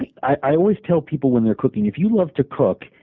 and i always tell people when they're cooking if you love to cook,